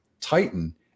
titan